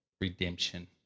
Redemption